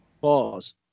pause